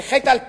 זה חטא על פשע.